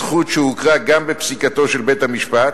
זכות שהוכרה גם בפסיקתו של בית-המשפט,